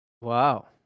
Wow